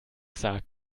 sagt